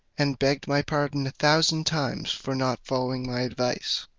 and begged my pardon a thousand times for not following my advice.